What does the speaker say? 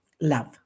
love